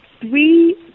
three